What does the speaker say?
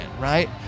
right